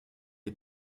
est